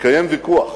התקיים ויכוח